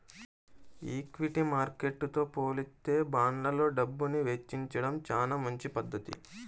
equity మార్కెట్టుతో పోలిత్తే బాండ్లల్లో డబ్బుని వెచ్చించడం చానా మంచి పధ్ధతి